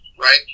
right